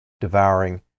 devouring